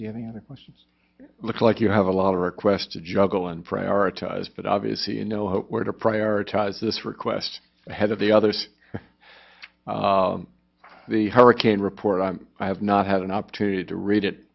stream has any other questions looks like you have a lot of requests to juggle and prioritize but obviously you know where to prioritize this request ahead of the others the hurricane report i have not had an opportunity to read it